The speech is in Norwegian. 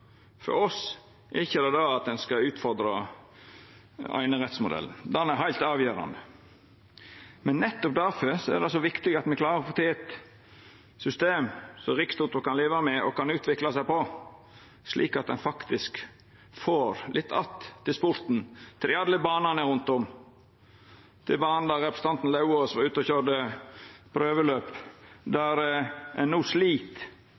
For oss handlar det ikkje om at me skal utfordra einerettsmodellen. Han er heilt avgjerande. Men nettopp difor er det så viktig at me klarar å få til eit system som Rikstoto kan leva med og utvikla seg på, slik at ein faktisk får litt att til sporten, til alle banane rundt om – som til banen der representanten Lauvås var ute og køyrde prøveløp – der ein no slit